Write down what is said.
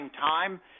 time